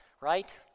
right